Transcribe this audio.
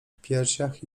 piersiach